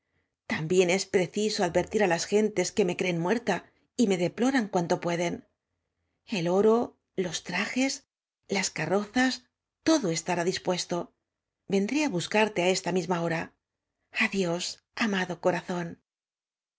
también es precisa advertir á las gentes que me creen muerta y me deploran cuanto pueden el oro los trajes las carrozas todo estará dispuesto vendré á buscarte á esta misma hora adiós amado